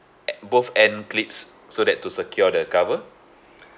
at both end clips so that to secure the cover